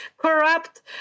corrupt